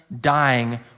dying